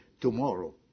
Tomorrow